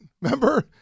Remember